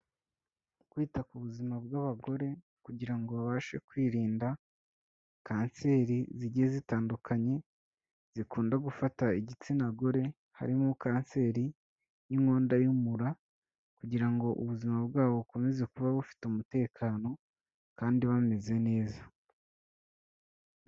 Kwita ku buzima bw'abagore kugira ngo babashe kwirinda kanseri zigiye zitandukanye zikunda gufata igitsina gore, harimo kanseri y'inkondo y'umura kugira ngo ubuzima bwabo bukomeze kuba bufite umutekano kandi bameze neza.